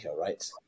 right